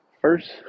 first